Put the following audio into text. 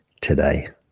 Today